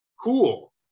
Cool